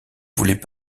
voulait